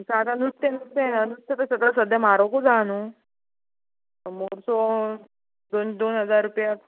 नुस्तें नुस्तें नुस्तें तशें सद्द्यां म्हारगूत आहा न्हू मोडसो दोन हजार रुपया